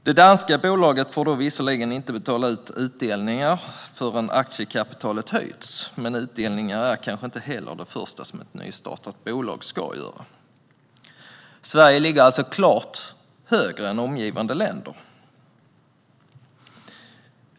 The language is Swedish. Det danska bolaget får visserligen inte betala ut utdelningar förrän aktiekapitalet höjts, men utdelningar är kanske inte heller det första som ett nystartat bolag ska göra. Sverige ligger alltså klart högre än omgivande länder.